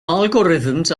algorithms